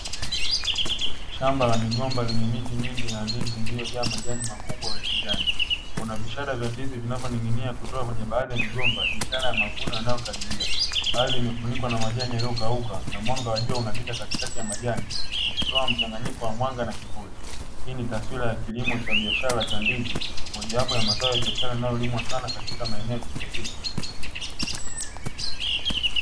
Shamba la migombaa iliojaa ndizi nyingi na majani makubwa ya kijani kuna ishara ya ndizi inayoning'inia kutoka kwenye migomba inaashiria ishara ya mavuno kukaribia baadhi imefunikwa na majani iliyokauka na mwanga wa jua unapita katikati ya majani ukitoa mchanganyiko wa mwanga na kivuli. hii inatoa taswira ya kilimo cha kibiashara inayoota ndizi moja wapo wa biashara inayoota katika maeneo ya kitropiki.